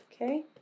Okay